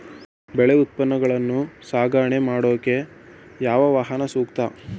ಬೆಳೆ ಉತ್ಪನ್ನಗಳನ್ನು ಸಾಗಣೆ ಮಾಡೋದಕ್ಕೆ ಯಾವ ವಾಹನ ಸೂಕ್ತ?